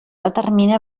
determine